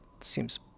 Seems